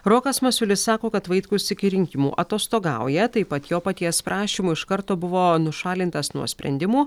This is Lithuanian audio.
rokas masiulis sako kad vaitkus iki rinkimų atostogauja taip pat jo paties prašymu iš karto buvo nušalintas nuo sprendimų